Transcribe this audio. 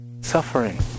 Suffering